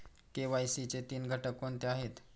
KYC चे तीन घटक कोणते आहेत?